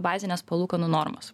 bazinės palūkanų normos